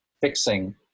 fixing